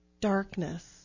darkness